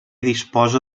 disposa